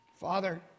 Father